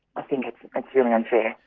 i think it's like really unfair.